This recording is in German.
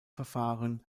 verfahren